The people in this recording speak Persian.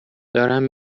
دارم